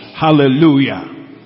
Hallelujah